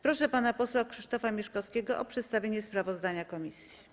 Proszę pana posła Krzysztofa Mieszkowskiego o przedstawienie sprawozdania komisji.